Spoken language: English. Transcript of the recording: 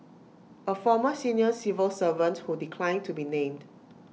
A former senior civil servant who declined to be named